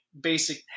basic